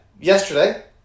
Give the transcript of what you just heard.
Yesterday